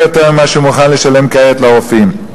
יותר ממה שהוא מוכן לשלם כעת לרופאים.